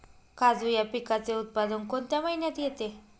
काजू या पिकाचे उत्पादन कोणत्या महिन्यात येते?